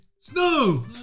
Snow